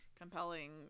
compelling